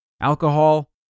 alcohol